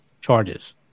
charges